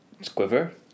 Squiver